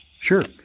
Sure